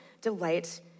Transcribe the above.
delight